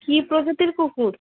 কী প্রকৃতির কুকুর